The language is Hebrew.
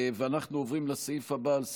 אנחנו עוברים לסעיף הבא על סדר-היום,